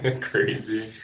Crazy